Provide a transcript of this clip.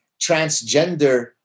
transgender